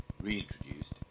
reintroduced